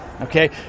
okay